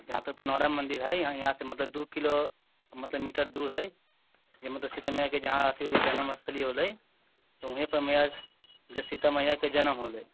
जहाँपे पुनौरा मन्दिर है यहाँ से मतलब दू किलो मतलब मीटर दूर है जे मतलब सीता मैया के जहाँ अथि होलै जन्म स्थली होलै तऽ ओहेँ पर मैया जे सीता मैया के जनम होलै